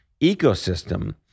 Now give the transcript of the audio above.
ecosystem